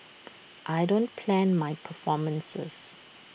I don't plan my performances